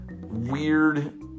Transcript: weird